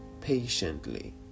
patiently